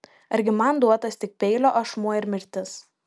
argi man duotas tik peilio ašmuo ir mirtis